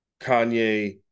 Kanye